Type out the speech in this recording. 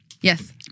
Yes